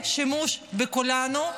עושים שימוש בכולנו,